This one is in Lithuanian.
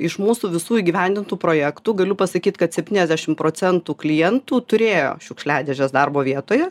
iš mūsų visų įgyvendintų projektų galiu pasakyt kad septyniasdešim procentų klientų turėjo šiukšliadėžes darbo vietoje